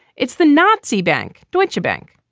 it's the nazi bank. deutschebank,